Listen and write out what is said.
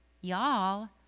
y'all